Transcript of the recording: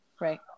Right